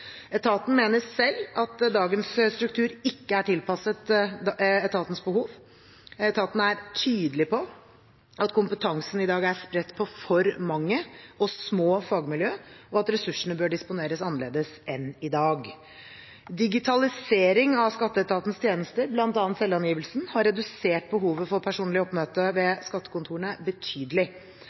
Etaten mener selv at dagens struktur ikke er tilpasset etatens behov. Etaten er tydelig på at kompetansen i dag er spredt på for mange og små fagmiljøer, og at ressursene bør disponeres annerledes enn i dag. Digitalisering av Skatteetatens tjenester, bl.a. selvangivelsen, har redusert behovet for personlig oppmøte ved skattekontorene betydelig.